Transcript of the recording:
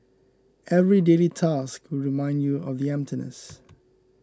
every daily task will remind you of the emptiness